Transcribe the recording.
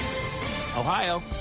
Ohio